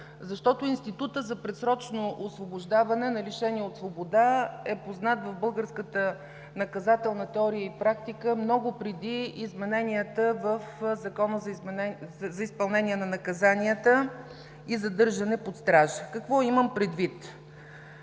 защото институтът за предсрочно освобождаване на лишени от свобода е познат в българската наказателна теория и практика много преди измененията в Закона за изпълнение на наказанията и задържане под стража. Какво имам предвид?